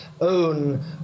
own